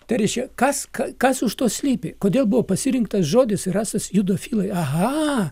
tai reiškia kas kas už to slypi kodėl buvo pasirinktas žodis rasas judo filai ahaa